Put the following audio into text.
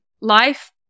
life